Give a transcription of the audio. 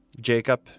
Jacob